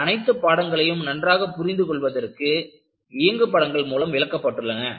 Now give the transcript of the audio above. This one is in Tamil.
இந்த அனைத்து பாடங்களையும் நன்றாக புரிந்து கொள்வதற்கு இயங்கு படங்கள் மூலம் விளக்கப்பட்டுள்ளன